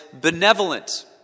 benevolent